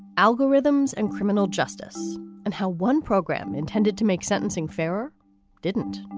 algorithms and criminal justice and how one program intended to make sentencing fairer didn't.